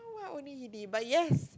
not only Hindi but yes